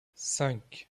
cinq